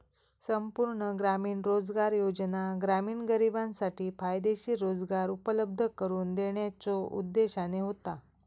संपूर्ण ग्रामीण रोजगार योजना ग्रामीण गरिबांसाठी फायदेशीर रोजगार उपलब्ध करून देण्याच्यो उद्देशाने होता